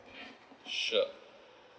sure